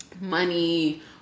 money